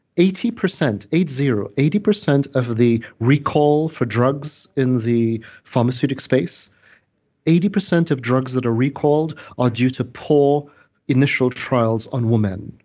eighty percent, eight-zero, eighty percent of the recall for drugs in the pharmaceutic space eighty percent of drugs that are recalled are due to poor initial trials on women.